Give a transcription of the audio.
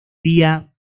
día